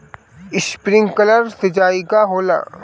Sprinkler सिंचाई का होला?